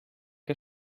que